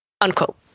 unquote